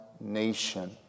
nation